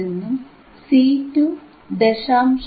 ഇതിൽനിന്നും C2 0